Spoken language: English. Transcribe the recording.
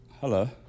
hello